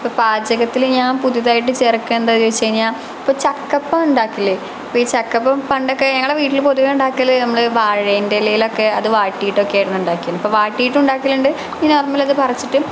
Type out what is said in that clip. ഇപ്പം പാചകത്തിൽ ഞാൻ പുതുതായിട്ട് ചേർക്കേണ്ട ഒരു ചോദിച്ചു കഴിഞ്ഞാൽ ഇപ്പം ചക്ക അപ്പം ഉണ്ടാക്കില്ലേ ഇപ്പം ഈ ചക്ക അപ്പം പണ്ടൊക്കെ നമ്മളെ വീട്ടിലും പൊതുവേ ഉണ്ടാക്കൽ നമ്മൾ വാഴൻ്റെ ഇലയിലൊക്കെ അത് വാട്ടിയിട്ടൊക്കെ ആണ് ഉണ്ടാക്കിയത് ഇപ്പോൾ വാട്ടിയിട്ട് ഉണ്ടാക്കലുണ്ട് പിന്നെ നോർമൽ അത് പറിച്ചിട്ട്